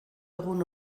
egun